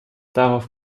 darauf